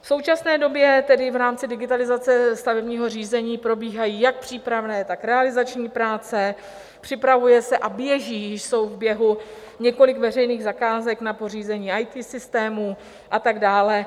V současné době tedy v rámci digitalizace stavebního řízení probíhají jak přípravné, tak realizační práce, připravuje se a běží, jsou v běhu, několik veřejných zakázek na pořízení IT systémů a tak dále.